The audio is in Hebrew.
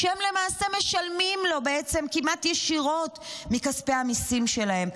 הם למעשה משלמים לו כמעט ישירות מכספי המיסים שלהם.